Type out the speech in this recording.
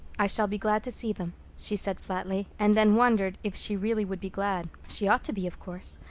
i shall be glad to see them, she said flatly and then wondered if she really would be glad. she ought to be, of course.